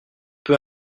peu